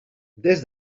des